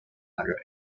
other